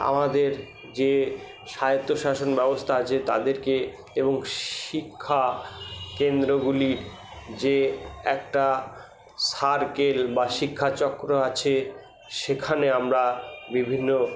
আমাদের যে স্বায়ত্তশাসন ব্যবস্থা আছে তাদেরকে এবং শিক্ষাকেন্দ্রগুলি যে একটা সার্কেল বা শিক্ষা চক্র আছে সেখানে আমরা বিভিন্ন